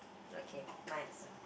okay mine also